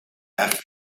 erg